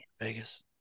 Vegas